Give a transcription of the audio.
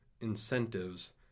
incentives